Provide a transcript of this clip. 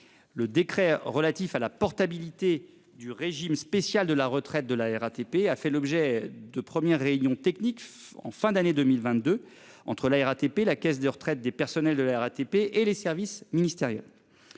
Le décret relatif à la portabilité du régime spécial de la retraite de la RATP a fait l'objet de première réunion technique en fin d'année 2022. Entre la RATP la caisse de retraite des personnels de la RATP et les services ministériels.